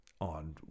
on